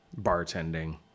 bartending